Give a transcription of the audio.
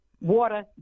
water